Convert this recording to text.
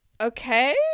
Okay